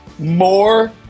More